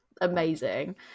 amazing